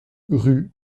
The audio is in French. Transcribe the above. rue